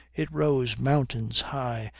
it rose mountains high,